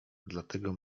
dlatego